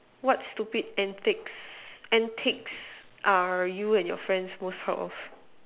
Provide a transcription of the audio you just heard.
what stupid antics antics are you and your friend most proud of